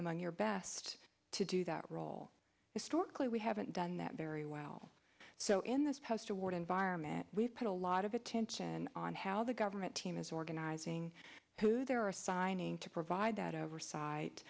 among your best to do that role historically we haven't done that very well so in this post toward environment we've put a lot of attention on how the government team is organizing who they're assigning to provide that oversight